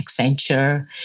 Accenture